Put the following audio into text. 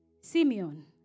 Simeon